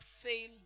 fail